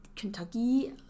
Kentucky